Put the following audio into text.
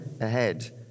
ahead